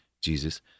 Jesus